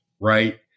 Right